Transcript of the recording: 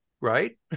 right